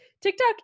TikTok